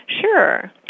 Sure